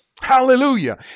Hallelujah